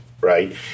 right